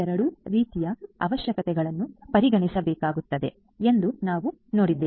ಎರಡೂ ರೀತಿಯ ಅವಶ್ಯಕತೆಗಳನ್ನು ಪರಿಗಣಿಸಬೇಕಾಗುತ್ತದೆ ಎಂದು ನಾವು ನೋಡಿದ್ದೇವೆ